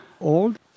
old